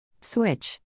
Switch